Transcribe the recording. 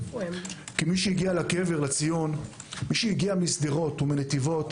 מי שהגיע לציון משדרות או מנתיבות